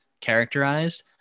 characterized